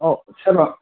अ सोरमोन